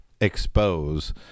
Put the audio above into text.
expose